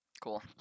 Cool